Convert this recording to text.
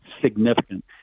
significant